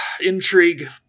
intrigue